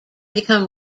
become